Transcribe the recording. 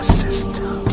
system